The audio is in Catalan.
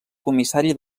comissari